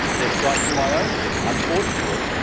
there's sites in my own ward, unfortunately,